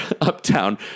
uptown